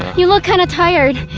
you look kind of tired.